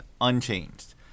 unchanged